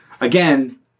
again